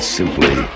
simply